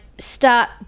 start